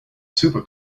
super